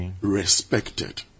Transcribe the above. respected